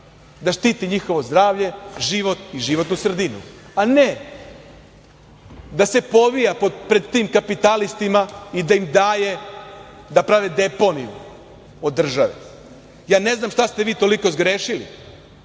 da štiti njihovo zdravlje, život i životnu sredinu, a ne da se povija pred tim kapitalistima i da im daje da prave deponiju od države. Ja ne znam šta ste vi toliko zgrešili,